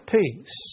peace